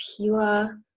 pure